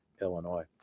Illinois